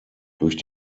durch